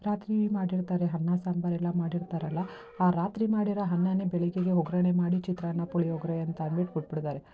ರಾತ್ರಿ ಮಾಡಿರ್ತಾರೆ ಅನ್ನ ಸಾಂಬಾರು ಎಲ್ಲ ಮಾಡಿರ್ತಾರಲ್ಲ ಆ ರಾತ್ರಿ ಮಾಡಿರೋ ಅನ್ನನೇ ಬೆಳಗ್ಗೆಗೆ ಒಗ್ಗರಣೆ ಮಾಡಿ ಚಿತ್ರಾನ್ನ ಪುಳಿಯೋಗರೆ ಅಂತಂದ್ಬಿಟ್ಟು ಕೊಟ್ಬಿಡ್ತಾರೆ